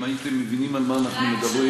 גם הייתם מבינים על מה אנחנו מדברים.